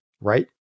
right